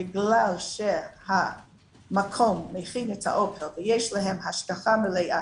בגלל שהמקום מכין את האוכל ויש להם השגחה מלאה